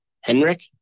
Henrik